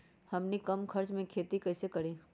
हमनी कम खर्च मे खेती कई से करी?